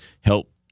help